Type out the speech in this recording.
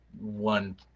one